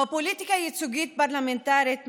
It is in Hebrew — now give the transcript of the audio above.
בפוליטיקה ייצוגית-פרלמנטרית,